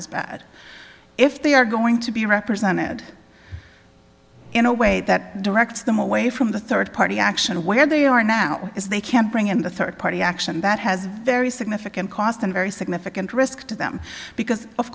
was bad if they are going to be represented in a way that directs them away from the third party action where they are now is they can bring in the third party action that has very significant cost and very significant risk to them because of